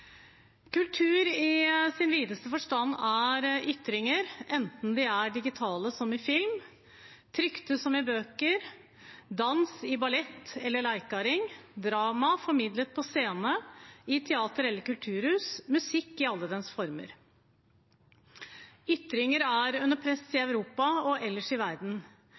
Kultur i sin videste forstand er ytringer, enten de er digitale som i film, trykte som i bøker, dans i ballett eller leikarring, drama formidlet på en scene i teater eller kulturhus og musikk i alle dens former. Ytringer er under press i Europa og ellers i verden.